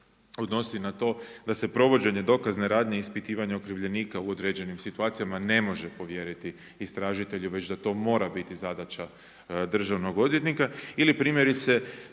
odnosi na to da se provođenje dokazne radnje i ispitivanje okrivljenika u određenim situacijama ne može povjeriti istražitelju već da to mora biti zadaća državnog odvjetnika ili primjerice